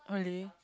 really